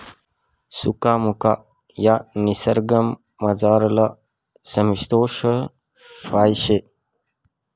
सुका मनुका ह्या निसर्गमझारलं समशितोष्ण फय शे